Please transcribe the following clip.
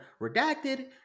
Redacted